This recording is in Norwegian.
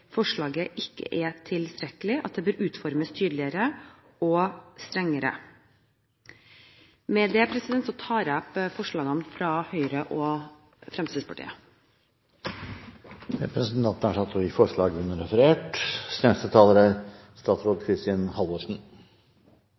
forslaget ikke er tilstrekkelig, at det bør utformes tydeligere og strengere. Med dette tar jeg opp forslagene fra Høyre og Fremskrittspartiet. Representanten Linda C. Hofstad Helleland har tatt opp de forslagene hun refererte til. Formålet med endringen av reglene om politiattest er